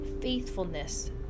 faithfulness